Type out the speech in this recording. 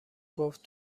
گفت